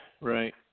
right